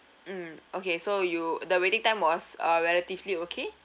mm okay so you the waiting time was uh relatively okay